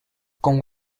como